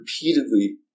repeatedly